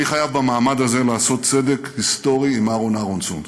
אני חייב במעמד הזה לעשות צדק היסטורי עם אהרן אהרונסון.